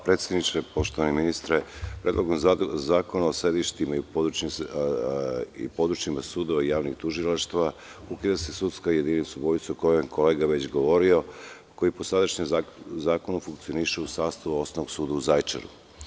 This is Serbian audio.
Poštovani ministre, Predlogom zakona o sedištima i područjima sudova i javnih tužilaštava ukida se sudska jedinica u Vojcu, o kome je kolega već govorio, koji po sadašnjem zakonu funkcioniše u sastavu Osnovnog suda u Zaječaru.